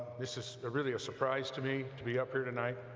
this is really a surprise to me to be up here tonight,